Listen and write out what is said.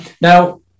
now